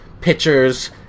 pictures